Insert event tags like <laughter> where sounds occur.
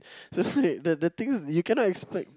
so right <breath> the the things you cannot expect